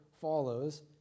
follows